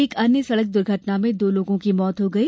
एक अन्य सड़क दुर्घटना में दो लोगों की मौत हो गयी